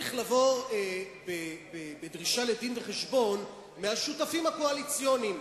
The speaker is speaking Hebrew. צריך לבוא בדרישה לדין-וחשבון מהשותפים הקואליציוניים,